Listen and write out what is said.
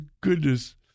goodness